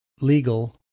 legal